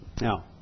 Now